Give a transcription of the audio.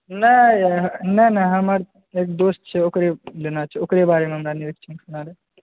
नाहि नहि नहि हमर एक दोस्त छै ओकरे जेना छै ओकरे बारेमे हमरा निरीक्षण केना रहै